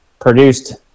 produced